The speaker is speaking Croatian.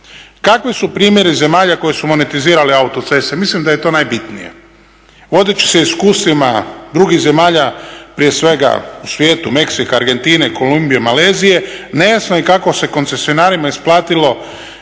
Kakvi su primjeri zemalja koje su monetizirale autoceste? Mislim da je to najbitnije. Vodeći se iskustvima drugih zemalja u svijetu, prije svega Meksika, Argentine, Kolumbije, Malezije nejasno je kako se koncesionarima isplatilo